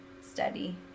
study